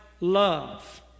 love